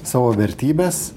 savo vertybes